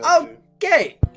Okay